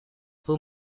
fue